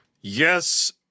Yes